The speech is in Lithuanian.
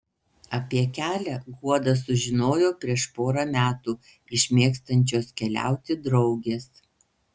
apie kelią guoda sužinojo prieš porą metų iš mėgstančios keliauti draugės